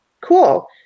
Cool